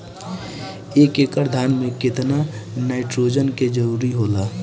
एक एकड़ धान मे केतना नाइट्रोजन के जरूरी होला?